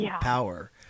power